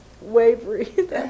Wavery